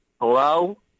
Hello